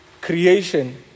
creation